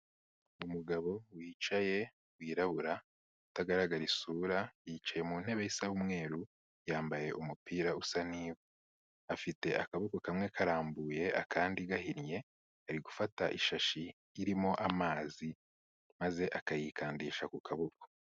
Umugabo wicaye wirabura atagaragara isura. Yicaye mu ntebe isa n'umweru. Yambaye umupira usa n'ivu. Afite akaboko kamwe karambuye akandi gahinnye. Ari gufata ishashi irimo amazi maze akayikandisha ku kaboko.